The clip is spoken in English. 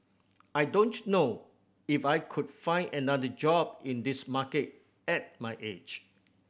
I don't know if I could find another job in this market at my age